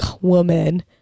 woman